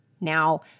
Now